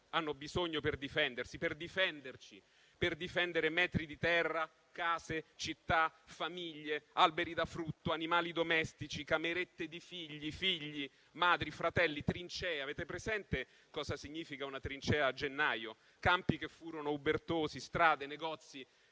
hanno bisogno per difendersi, per difenderci, per difendere metri di terra, case, città, famiglie, alberi da frutto, animali domestici, camerette di figli, figli, madri, fratelli, trincee. Avete presente cosa significa una trincea a gennaio? Campi che furono ubertosi, strade, negozi,